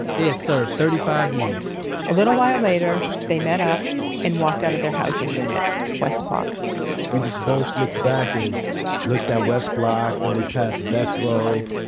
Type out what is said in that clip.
they had served thirty five years a little while later, they met up and walked out of their housing unit west block we just both looked back and looked at west block, then we passed death row,